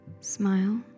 smile